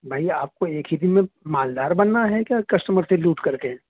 بھائی آپ کو ایک ہی دن میں مالدار بننا ہے کیا کسٹمر سے لوٹ کر کے